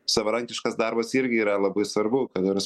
savarankiškas darbas irgi yra labai svarbu kad nors